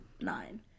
nine